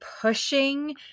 pushing